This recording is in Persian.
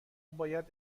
باید